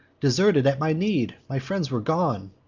deserted at my need! my friends were gone.